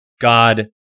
God